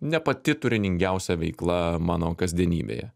ne pati turiningiausia veikla mano kasdienybėje